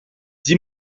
dis